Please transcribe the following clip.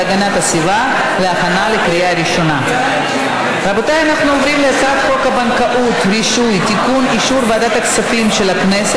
באמת, אנחנו חייבים לך עכשיו קצת נחת.